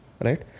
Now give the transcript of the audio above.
right